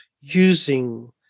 using